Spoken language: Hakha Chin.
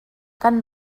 kan